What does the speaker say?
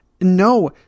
No